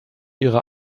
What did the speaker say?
ihre